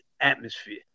atmosphere